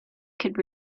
could